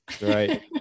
Right